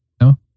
No